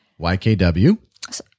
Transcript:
YKW